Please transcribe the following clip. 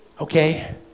okay